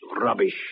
rubbish